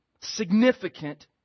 significant